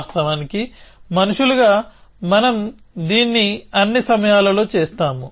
వాస్తవానికి మనుషులుగా మనం దీన్ని అన్ని సమయాలలో చేస్తాము